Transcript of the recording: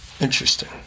interesting